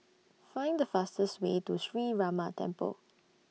Find The fastest Way to Sree Ramar Temple